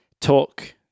talk